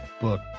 book